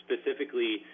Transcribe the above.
specifically